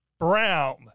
brown